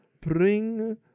bring